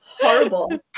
horrible